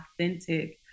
authentic